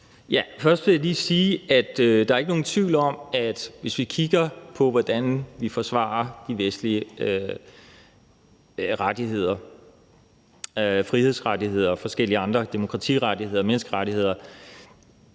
Først vil jeg sige, at der ikke er nogen tvivl om, at hvis vi kigger på, hvordan vi forsvarer de vestlige rettigheder, frihedsrettigheder og forskellige andre rettigheder, demokratirettigheder og menneskerettigheder,